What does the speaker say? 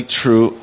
true